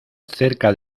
cerca